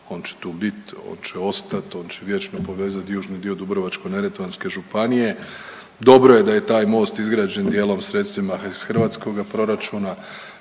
On će tu biti, on će ostati, on će vječno povezati južni dio Dubrovačko-neretvanske županije. Dobro je da je taj most izgrađen dijelom sredstvima iz hrvatskoga proračuna,